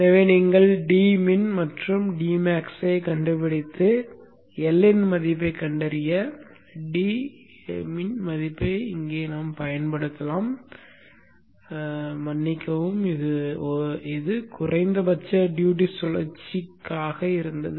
எனவே நீங்கள் dmin மற்றும் dmax ஐக் கண்டுபிடித்து L இன் மதிப்பைக் கண்டறிய இந்த dmin மதிப்பை இங்கே பயன்படுத்தலாம் மன்னிக்கவும் இது குறைந்தபட்ச டியூட்டி சுழற்சிக்காக இருந்தது